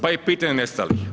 Pa i pitanje nestalih.